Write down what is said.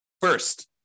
First